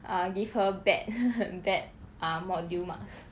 ah give her bad bad ah module marks